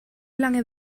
lange